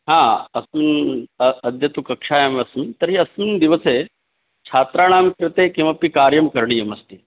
हा अस्मिन् अ सद्यः तु कक्षायामस्मि तर्हि अस्मिन् दिवसे छात्राणाङ्कृते किमपि कार्यं करणीयमस्ति